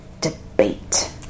debate